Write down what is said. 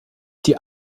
die